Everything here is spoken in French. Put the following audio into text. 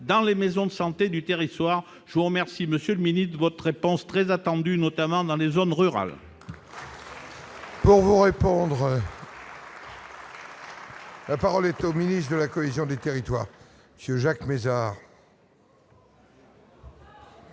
dans les maisons de santé du territoire, je vous remercie, Monsieur le Ministre, votre réponse, très attendu, notamment dans les zones rurales. Pour vous répondre. La parole est au ministre de la cohésion des territoires que Jacques Mézard.